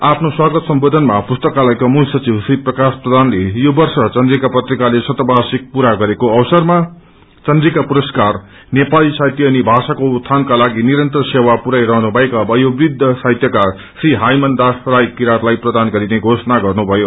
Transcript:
आफ्नो स्वागत सम्बोधनमा पुस्ताकलाका मूल सचिव श्री प्रकाश प्रधानले यो वर्ष चन्द्रीका पत्रिकाले शत वार्षिक पूरा गरेको अवसरमा चन्द्रीका पुरस्कार नेपाली साहितय अनि भाषाको उत्यानका लागि निरन्तर सेवा पुरयाई रहनु भएका वयोवृद्ध साहित्यकार श्री हाईमान दास किरातलाई प्रदान गरिने घोषणा गर्नुभयो